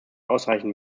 ausreichen